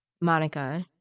Monica